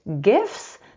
gifts